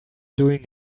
doing